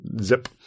zip